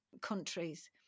countries